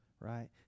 right